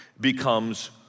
becomes